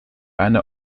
eine